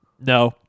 No